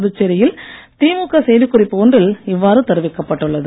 புதுச்சேரியில் திமுக செய்திக்குறிப்பு ஒன்றில் இவ்வாறு தெரிவிக்கப் பட்டுள்ளது